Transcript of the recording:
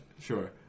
sure